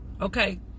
Okay